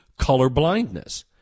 colorblindness